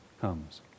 comes